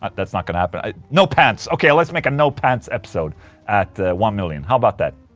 ah that's not gonna happen no pants, ok let's make a no pants episode at one million, how about that?